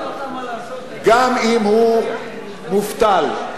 גם אם הוא מובטל,